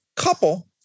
couple